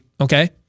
okay